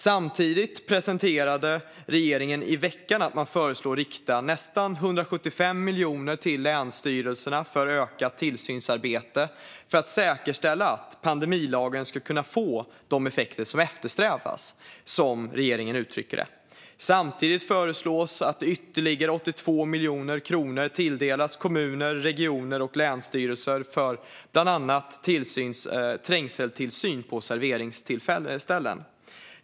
Samtidigt presenterade regeringen i veckan ett förslag om att rikta nästan 175 miljoner till länsstyrelserna för ökat tillsynsarbete för att säkerställa att pandemilagen ska kunna få de effekter som eftersträvas, som regeringen uttrycker det. Dessutom föreslås att ytterligare 82 miljoner kronor tilldelas kommuner, regioner och länsstyrelser för bland annat trängseltillsyn på serveringsställen.